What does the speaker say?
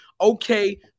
okay